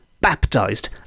baptized